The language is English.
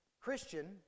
Christian